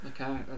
Okay